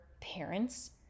parents